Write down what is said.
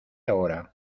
ahora